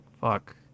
fuck